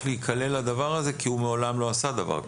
להיכלל הדבר הזה כי הוא מעולם לא עשה דבר כזה.